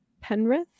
Penrith